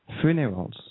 funerals